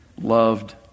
loved